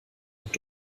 und